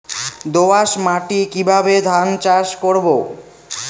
দোয়াস মাটি কিভাবে ধান চাষ করব?